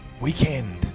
weekend